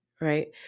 right